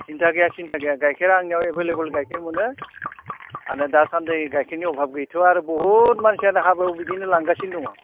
सिन्था गैया सिन्था गैया गाइखेरा आंनियाव एभेलेबेल गाइखेर मोनो आंनियाव दासान्दि गाइखेरनि अभाब गैथ'आ आरो बुहुद मानसियानो हाबायाव बिदिनो लांगासिनो दङ